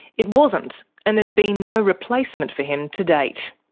it wasn't, and there's been no replacement for him to date.